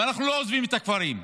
ואנחנו לא עוזבים את הכפרים,